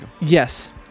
Yes